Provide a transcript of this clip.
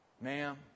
Ma'am